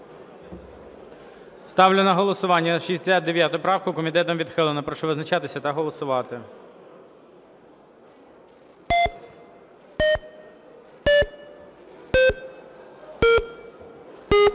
Ставлю на голосування 93 правку. Комітет не підтримав. Прошу визначатися та голосувати.